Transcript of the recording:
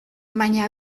baina